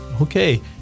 Okay